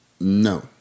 No